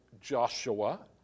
Joshua